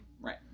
Right